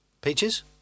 Peaches